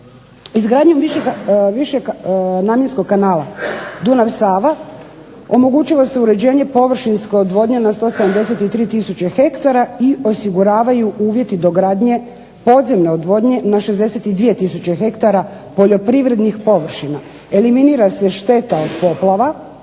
Izgradnjom višenamjenskog kanala Dunav –Sava omogućilo se uređenje površinske odvodnje na 173 tisuće hektara i osiguravaju dogradnje podzemne odvodnje na 62 tisuće hektara poljoprivrednih površina. Eliminira se šteta od poplava,